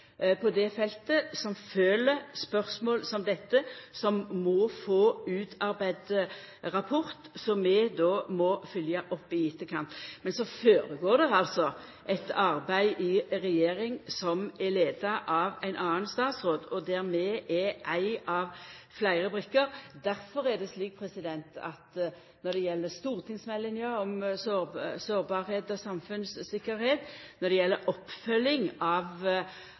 på det feltet, som følgjer spørsmål som dette, som må få utarbeidd ein rapport som vi må følgja opp i etterkant. Men det føregår eit arbeid i regjeringa som er leidd av ein annan statsråd, der vi er ei av fleire brikker. Difor er det slik at når det gjeld stortingsmeldinga om sårbarheit og samfunnssikkerheit, når det gjeld oppfølging av